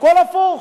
הכול הפוך.